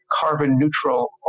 carbon-neutral